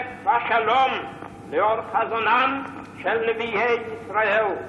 הצדק והשלום לאור חזונם של נביאי ישראל,